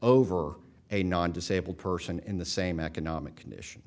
over a non disabled person in the same economic condition